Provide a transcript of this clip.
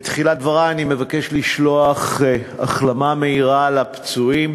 בתחילת דברי אני מבקש לשלוח ברכת החלמה מהירה לפצועים